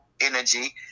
energy